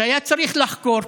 שהיה צריך לחקור.